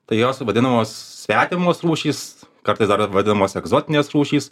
tai jos ir vadinamos svetimos rūšys kartais dar ir vadinamos egzotinės rūšys